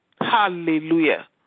Hallelujah